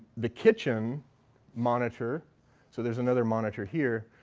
the kitchen monitor so there's another monitor here.